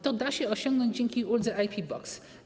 To da się osiągnąć dzięki uldze IP Box.